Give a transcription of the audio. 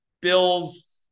Bills